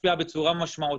משפיע בצורה משמעותית.